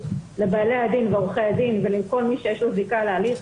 לבעלי הדין ולעורכי הדין ולכל מי שיש לו זיקה להליך.